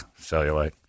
cellulite